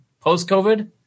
post-COVID